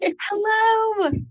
Hello